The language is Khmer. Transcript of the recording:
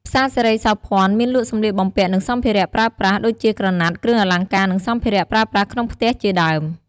ផ្សារសិរីសោភ័ណមានលក់ សម្លៀកបំពាក់ និងសម្ភារៈប្រើប្រាស់ ដូចជាក្រណាត់ គ្រឿងអលង្ការ និងសម្ភារៈប្រើប្រាស់ក្នុងផ្ទះជាដើម។